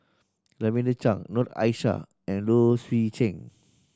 Lavender Chang Noor Aishah and Low Swee Chen